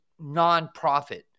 nonprofit